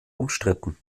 umstritten